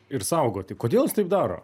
ir saugoti kodėl jis taip daro